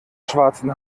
schwarzen